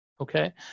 okay